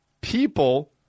people